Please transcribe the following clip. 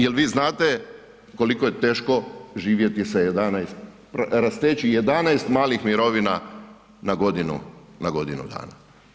Je li vi znate koliko je teško živjeti sa 11, rasteći 11 malih mirovina na godinu, na godinu dana?